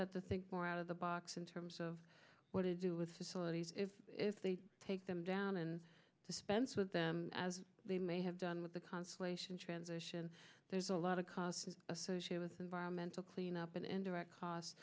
have to think more out of the box in terms of what to do with facilities if they take them down and dispense with them as they may have done with the constellation transition there's a lot of costs associated with environmental cleanup and indirect costs